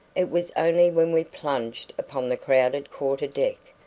it was only when we plunged upon the crowded quarter-deck,